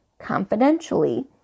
confidentially